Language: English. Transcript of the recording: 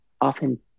often